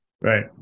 right